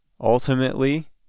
ultimately